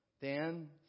Dan